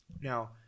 Now